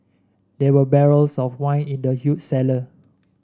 there were barrels of wine in the huge cellar